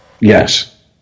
yes